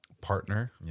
partner